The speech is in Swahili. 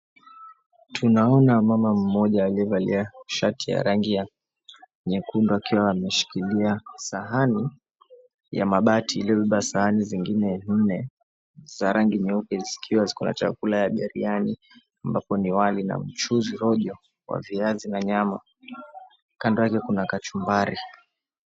Tunaona mama mmoja aliyevalia shati ya rangi ya nyekundu akiwa ameshikilia sahani ya mabati iliyobeba sahani zingine nne za rangi nyeupe zikiwa ziko na chakula ya biriyani ambapo ni wali na mchuuzi rojo wa viazi na nyama kando yake, kuna kachumbari.